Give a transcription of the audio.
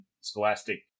scholastic